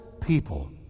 people